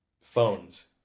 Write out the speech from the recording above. phones